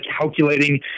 calculating